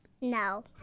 No